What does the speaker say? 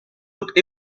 looked